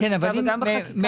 וגם בחקיקה הזאת.